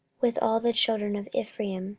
with all the children of ephraim